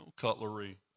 cutlery